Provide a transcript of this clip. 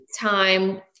time